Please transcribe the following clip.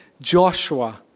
Joshua